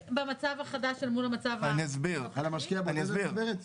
במצב החדש אל מול המצב ה --- על המשקיע הבודד את מדברת?